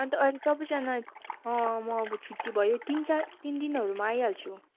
अन्त अहिले सबैजना म अब छुट्टी भयो तिन चार तिन दिनहरूमा आइहाल्छु